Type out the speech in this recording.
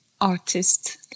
artist